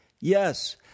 Yes